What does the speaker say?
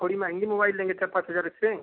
थोड़ी महंगी मोबाइल लेंगे चार पाँच हजार से